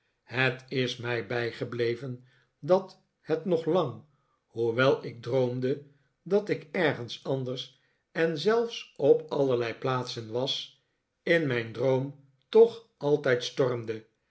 het is mij bijgebleven dat het nog lang hoewel ik droomde dat ik ergens anders en zelfs op allerlei plaatsen was in mijn droom toch altijd stormde